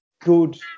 good